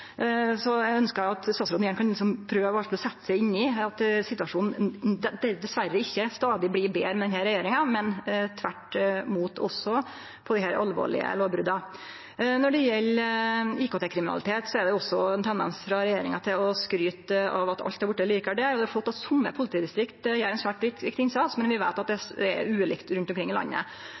Eg ønskjer at statsråden iallfall kan prøve å setje seg inn i at situasjonen dessverre ikkje blir stadig betre med denne regjeringa, men tvert imot, også på desse alvorlege lovbrota. Når det gjeld IKT-kriminalitet, er det også ein tendens frå regjeringa til å skryte av at alt har vorte betre der. Det er flott at somme politidistrikt gjer ein svært viktig innsats, men vi veit at det er ulikt rundt omkring i landet.